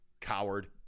Coward